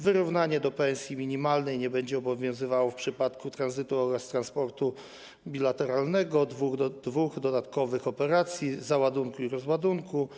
Wyrównanie do wysokości pensji minimalnej nie będzie obowiązywało w przypadku tranzytu oraz transportu bilateralnego w zakresie dwóch dodatkowych operacji: załadunku i rozładunku.